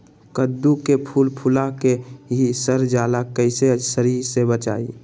कददु के फूल फुला के ही सर जाला कइसे सरी से बचाई?